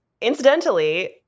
Incidentally